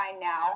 now